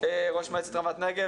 ראש מועצת רמת נגב